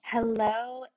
Hello